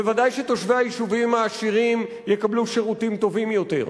ודאי שתושבי היישובים העשירים יקבלו שירותים טובים יותר,